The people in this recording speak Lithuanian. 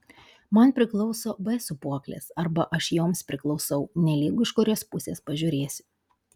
man priklauso b sūpuoklės arba aš joms priklausau nelygu iš kurios pusės pažiūrėsi